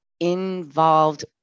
involved